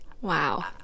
wow